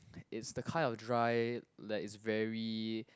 is the kind of dry like it's very